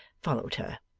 followed her.